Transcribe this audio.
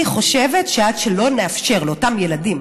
אני חושבת שעד שלא נאפשר לאותם ילדים